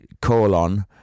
colon